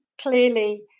clearly